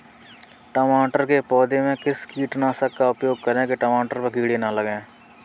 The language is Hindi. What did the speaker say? टमाटर के पौधे में किस कीटनाशक का उपयोग करें कि टमाटर पर कीड़े न लगें?